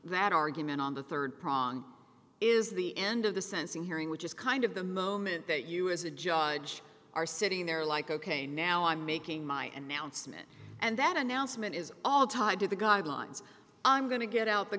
that argument on the rd prong is the end of the sensing hearing which is kind of the moment that you as a judge are sitting there like ok now i'm making my announcement and that announcement is all tied to the guidelines i'm going to get out the